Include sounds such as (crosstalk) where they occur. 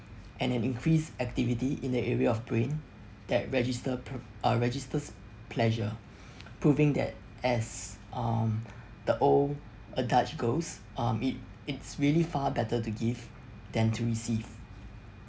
and an increased activity in the area of brain that registers p~ uh registers pleasure (breath) proving that as um the old adage goes um it it's really far better to give than to receive